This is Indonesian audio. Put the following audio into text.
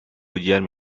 ujian